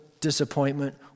disappointment